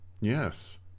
Yes